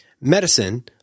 medicine